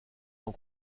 n’en